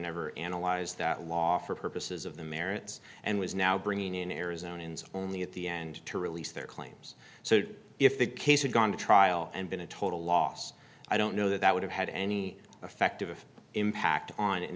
never analyzed that law for purposes of the merits and was now bringing in arizona and only at the end to release their claims so if the case had gone to trial and been a total loss i don't know that that would have had any effect of the impact on